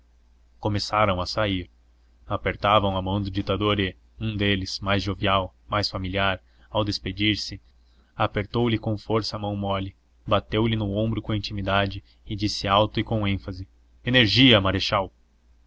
começaram a sair apertavam a mão do ditador e um deles mais jovial mais familiar ao despedir-se apertou-lhe com força a mão mole bateu-lhe no ombro com intimidade e disse alto e com ênfase energia marechal